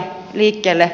arvoisa puhemies